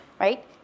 right